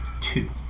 Two